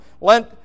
lent